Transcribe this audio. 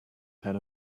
head